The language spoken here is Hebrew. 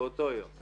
המלצות לקראת הסוף.